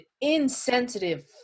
insensitive